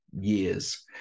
years